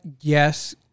Yes